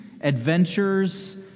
adventures